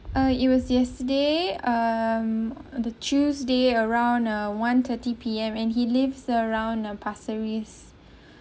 ah it was yesterday um the tuesday around uh one-thirty P_M and he lives around uh Pasir Ris